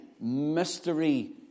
mystery